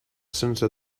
sense